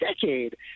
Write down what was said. decade